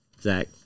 Zach